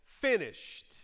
Finished